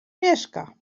mieszka